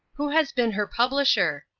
who has been her publisher?